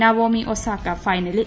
Naomi Osaka ഫൈനലിൽ